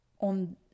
on